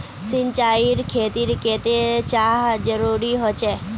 सिंचाईर खेतिर केते चाँह जरुरी होचे?